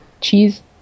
cheese